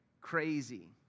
crazy